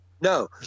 no